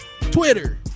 Twitter